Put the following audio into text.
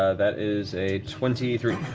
ah that is a twenty three.